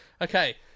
Okay